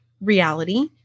reality